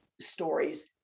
stories